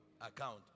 account